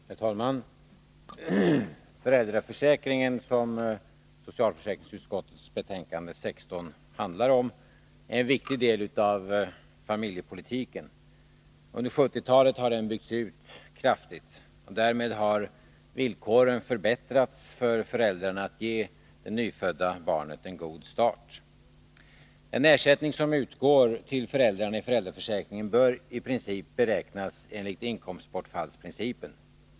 Herr talman! Föräldraförsäkringen, som socialförsäkringsutskottets betänkande 16 handlar om, utgör en viktig del av familjepolitiken. Under 1970-talet har den byggts ut kraftigt. Därmed har villkoren förbättrats för föräldrarna när det gäller att ge det nyfödda barnet en god start. Den ersättning som utgår till föräldrarna i föräldraförsäkringen bör i princip beräknas enligt inkomstbortfallsprincipen.